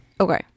Okay